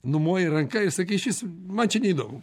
numoji ranka ir sakai išvis man čia neįdomu